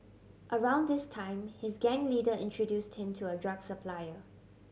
around this time his gang leader introduced him to a drug supplier